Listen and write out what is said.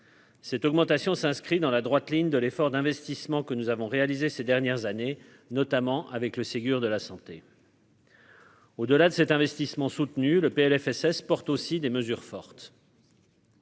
Cette augmentation s'inscrit dans la droite ligne de l'effort d'investissement que nous avons réalisé ces dernières années, notamment avec le Ségur de la santé. Au delà de cet investissement soutenu le PLFSS porte aussi des mesures fortes.